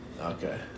Okay